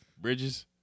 Bridges